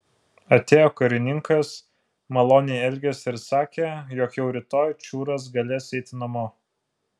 atėjo karininkas maloniai elgėsi ir sakė jog jau rytoj čiūras galės eiti namo